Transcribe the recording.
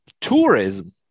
tourism